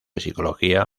psicología